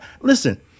listen